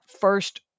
first